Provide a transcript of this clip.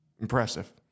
Impressive